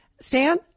Stan